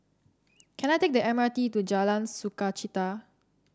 can I take the M R T to Jalan Sukachita